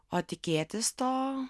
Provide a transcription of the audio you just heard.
o tikėtis to